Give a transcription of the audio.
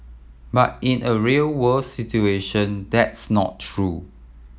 but in a real world situation that's not true